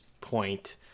point